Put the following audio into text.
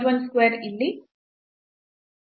ಮತ್ತೆ ಈ ಉತ್ಪನ್ನವು ಬರುತ್ತದೆ ಮತ್ತು 0